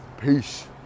Peace